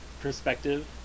perspective